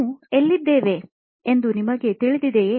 ನಾವು ಎಲ್ಲಿದ್ದೇವೆ ಎಂದು ನಿಮಗೆ ತಿಳಿದಿದೆಯೇ